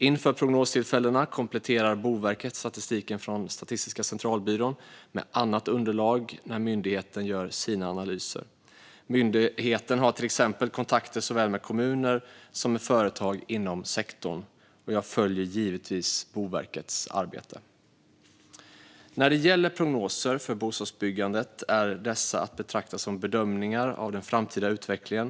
Inför prognostillfällena kompletterar Boverket statistiken från Statistiska centralbyrån med annat underlag när myndigheten gör sina analyser. Myndigheten har till exempel kontakter såväl med kommuner som med företag inom sektorn. Jag följer givetvis Boverkets arbete. Prognoser för bostadsbyggandet är att betrakta som bedömningar av den framtida utvecklingen.